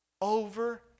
over